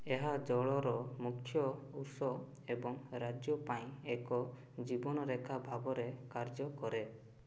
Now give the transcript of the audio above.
ଏହା ଜଳର ମୁଖ୍ୟ ଉତ୍ସ ଏବଂ ରାଜ୍ୟ ପାଇଁ ଏକ ଜୀବନରେଖା ଭାବରେ କାର୍ଯ୍ୟ କରେ